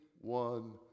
One